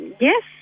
Yes